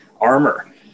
armor